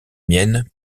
miennes